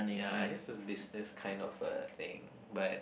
ya this is business kind of a thing but